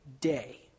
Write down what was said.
day